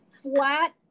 flat